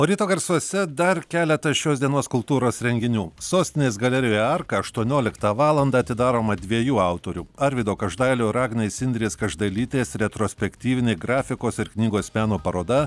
o ryto garsuose dar keletas šios dienos kultūros renginių sostinės galerijoje arka aštuonioliktą valandą atidaroma dviejų autorių arvydo každailio ir agnės indrės každailytės retrospektyvinė grafikos ir knygos meno paroda